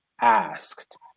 asked